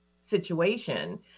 situation